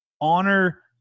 honor